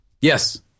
Yes